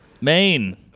Maine